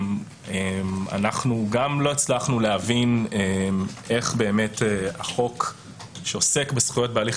גם לא הצלחנו להבין איך החוק שעוסק בזכויות בהליך